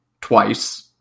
twice